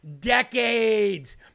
decades